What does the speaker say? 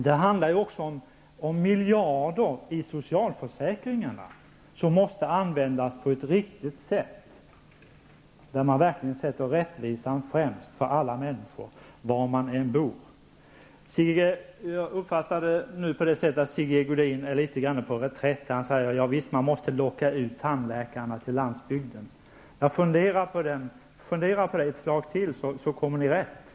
Det handlar också om miljarder i socialförsäkringskostnader som måste användas på ett riktigt sätt och där man verkligen måste sätta rättvisan främst för alla människor oavsett var de bor. Jag uppfattade det som så att Sigge Godin är litet grand på reträtt. Han sade att vi måste locka ut tandläkare till landsbygden. Fundera på det ett litet slag till, så kommer ni rätt.